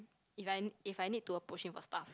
if I if I need to approach him for stuff